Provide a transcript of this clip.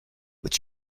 but